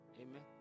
Amen